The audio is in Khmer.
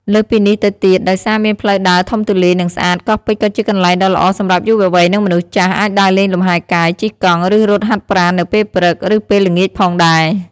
លើសពីនេះទៅទៀត ដោយសារមានផ្លូវដើរធំទូលាយ និងស្អាត កោះពេជ្រក៏ជាកន្លែងដ៏ល្អសម្រាប់យុវវ័យ និងមនុស្សចាស់អាចដើរលេងលំហែកាយ ជិះកង់ ឬរត់ហាត់ប្រាណនៅពេលព្រឹក ឬពេលល្ងាចផងដែរ។